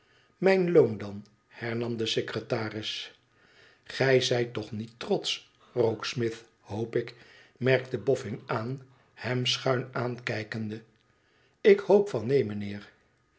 mijn loon dan hernam de secretaris gij zijt toch niet trotsch rokesmith hoop ik merkte boffin aan hem schuin aankijkende ik hoop van neen